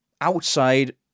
outside